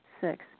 Six